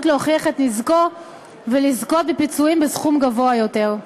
להוכיח את נזקו ולזכות בפיצויים בסכום גבוה יותר.